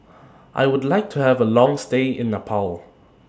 I Would like to Have A Long stay in Nepal